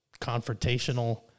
confrontational